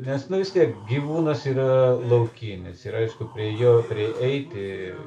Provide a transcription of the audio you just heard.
nes vis tiek gyvūnas yra laukinis ir aišku prie jo prieiti